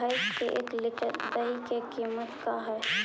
भैंस के एक लीटर दही के कीमत का है?